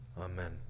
Amen